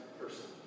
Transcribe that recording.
person